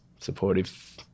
supportive